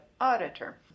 auditor